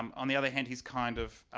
um on the other hand he's kind of